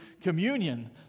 communion